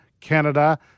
Canada